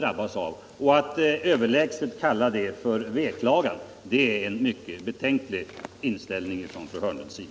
Att överlägset kalla detta för veklagan är en mycket betänklig inställning från fru Hörnlund.